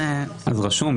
רשום.